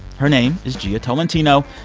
her name is jia tolentino.